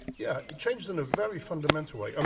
yeah it changed in a very fundamental way. um